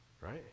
right